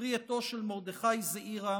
פרי עטו של מרדכי זעירא,